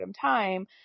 time